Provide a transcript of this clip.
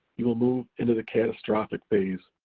you will move into the catastrophic phase.